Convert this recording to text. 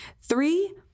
Three